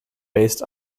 based